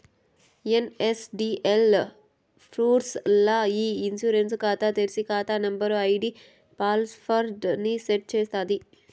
NSDL పూర్స్ ల్ల ఇ ఇన్సూరెన్స్ కాతా తెర్సి, కాతా నంబరు, ఐడీ పాస్వర్డ్ ని సెట్ చేస్తాది